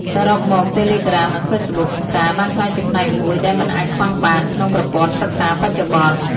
សរុបមក តេឡេក្រាម និងហ្វេសបុក និងសារ បានក្លាយជាផ្នែកមួយដែលមិនអាចខ្វះបានក្នុងប្រព័ន្ធសិក្សាបច្ចុប្បន្ន។